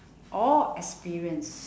or experienced